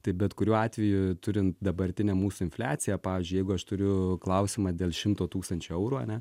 tai bet kuriuo atveju turint dabartinę mūsų infliaciją pavyzdžiui jeigu aš turiu klausimą dėl šimto tūkstančių eurų ane